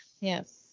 Yes